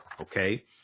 Okay